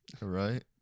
right